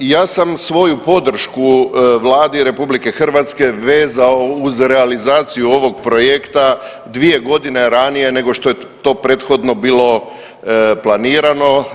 Ja sam svoju podršku Vladi RH vezao uz realizaciju ovog projekta dvije godine ranije nego što je to prethodno bilo planirano.